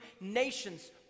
Nations